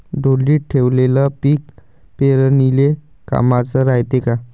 ढोलीत ठेवलेलं पीक पेरनीले कामाचं रायते का?